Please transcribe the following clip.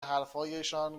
حرفهایشان